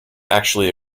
actually